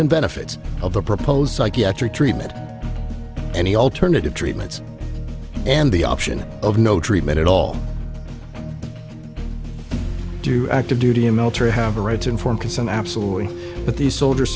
and benefits of the proposed psychiatric treatment any alternative treatments and the option of no treatment at all do active duty military have a right to informed consent absolutely but these soldiers